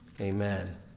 amen